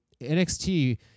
NXT